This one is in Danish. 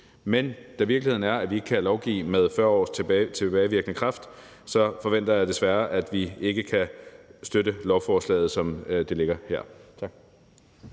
Men da virkeligheden er, at vi ikke kan lovgive med 40 års tilbagevirkende kraft, forventer jeg desværre, at vi ikke kan støtte lovforslaget, som det ligger her.